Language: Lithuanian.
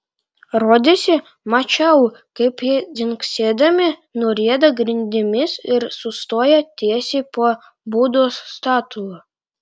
rodėsi mačiau kaip jie dzingsėdami nurieda grindimis ir sustoja tiesiai po budos statula